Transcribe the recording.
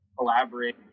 elaborate